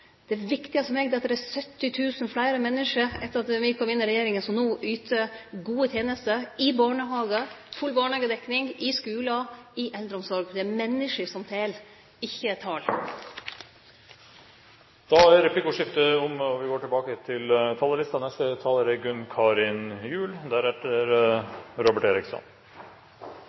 er at det er 70 000 fleire menneske, etter at me kom i regjering, som no yter gode tenester i barnehagar – full barnehagedekning – i skular og i eldreomsorg. Det er menneske som tel, ikkje tal. Replikkordskiftet er omme. Daglig leser vi i media om den økonomiske krisen i Europa. Flere søreuropeiske land er i praksis på konkursens rand. Massearbeidsledighet og